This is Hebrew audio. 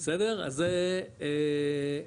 אז זה התחלה,